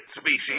species